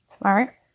Smart